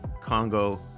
Congo